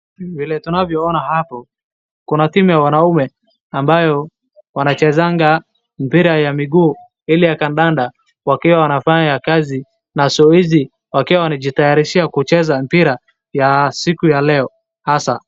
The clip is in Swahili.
Vile tunavyo ona hapo kuna timu ya wanaume ambayo wanachezanga mpira ya miguu ile ya kandanda. Wakiwa wanafanya kazi na zoezi. Wakiwa wanajitayarishia kucheza mpira ya siku ya leo hasa.